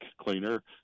cleaner